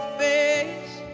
face